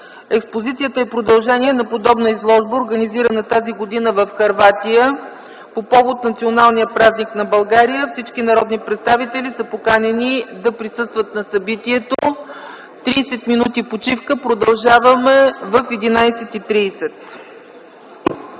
Експозицията е продължение на подобна изложба, организирана тази година в Хърватия по повод националния празник на България. Всички народни представители са поканени да присъстват на събитието. Тридесет минути почивка. Продължаваме в 11,30